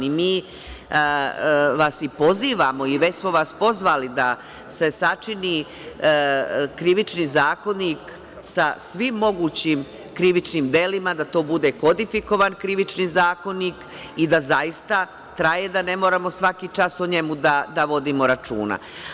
Mi vas i pozivamo i već smo vas pozvali da se sačini Krivični zakonik sa svim mogućim krivičnim delima da to bude kodifikovan Krivični zakonik i da zaista traje, da ne moramo svaki čas o njemu da vodimo računa.